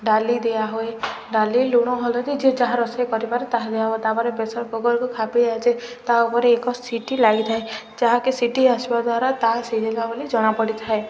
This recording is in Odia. ଡ଼ାଲି ଦିଆହୁୁଏ ଡ଼ାଲି ଲୁଣ ହଲଦୀ ଯିଏ ଯାହା ରୋଷେଇ କରିପାରେ ତାହା ଦିଆ ହୁଏ ତାପରେ ପ୍ରେସର୍ କୁକର୍କୁ ଖାପି ଯାଚି ତା ଉପରେ ଏକ ସିଟି ଲାଗିଥାଏ ଯାହାକି ସିଟି ଆସିବା ଦ୍ୱାରା ତାହା ସିଝିଲା ବୋଲି ଜଣାପଡ଼ିଥାଏ